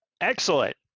Excellent